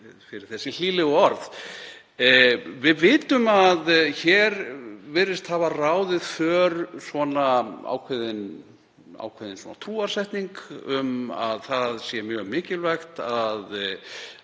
fyrir þessi hlýlegu orð. Við vitum að hér virðist hafa ráðið för ákveðin trúarsetning um að það sé mjög mikilvægt að